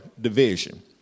division